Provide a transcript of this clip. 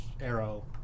Arrow